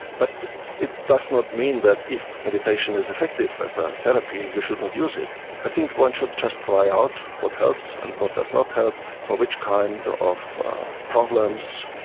but it does not mean that if meditation is effective as a therapy you should not use it. i think one should just try out what helps and what does not help, for which kind of problems.